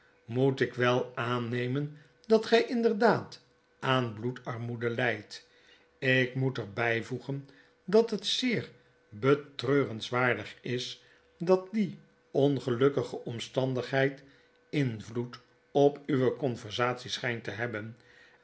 moet ik wel aannemen dat gy inderdaad aan bloedarmoede lydt ik moet er byvoegen dat het zeer betreurenswaardig is dat die ongelukkige omstandigheid invloed op uwe conversatie schijnt te hebben